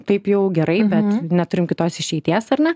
taip jau gerai bet neturim kitos išeities ar ne